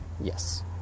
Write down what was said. Yes